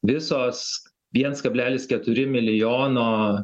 visos viens kablelis keturi milijono